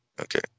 okay